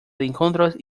encuentros